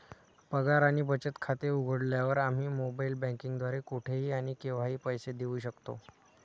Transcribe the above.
पगार आणि बचत खाते उघडल्यावर, आम्ही मोबाइल बँकिंग द्वारे कुठेही आणि केव्हाही पैसे देऊ शकतो